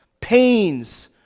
pains